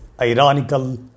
ironical